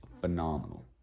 phenomenal